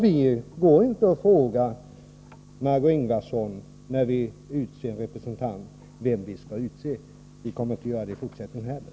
Vi frågar inte Margé Ingvardsson vem vi skall utse som representant, och vi kommer inte att göra det i fortsättningen heller.